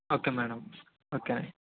okay madam okay